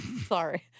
Sorry